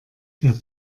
der